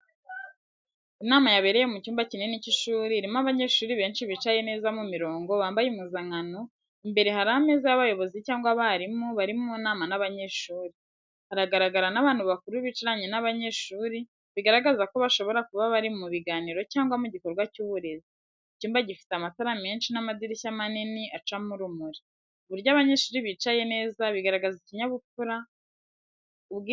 Inama yabereye mu cyumba kinini cy’ishuri, irimo abanyeshuri benshi bicaye neza mu mirongo, bambaye impuzankano. Imbere hari ameza y’abayobozi cyangwa abarimu bari mu nama n’abanyeshuri. Haragaragara n’abantu bakuru bicaranye n’abanyeshuri, bigaragaza ko bashobora kuba bari mu biganiro cyangwa mu gikorwa cy’uburezi. Icyumba gifite amatara menshi n’amadirishya manini acaho urumuri. Uburyo abanyeshuri bicaye neza bigaragaza ikinyabupfura, ubwitabire n’uruhare mu burezi.